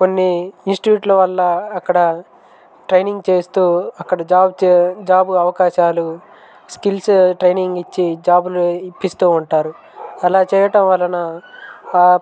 కొన్ని ఇన్స్టిట్యూట్లో వల్ల అక్కడ ట్రైనింగ్ చేస్తూ అక్కడ జాబ్ చే జాబ్ అవకాశాలు స్కిల్స్ ట్రైనింగ్ ఇచ్చి జాబులు ఇప్పిస్తూ ఉంటారు అలా చేయటం వలన